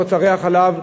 של מוצרי החלב,